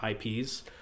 IPs